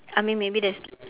I mean maybe there's